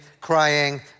crying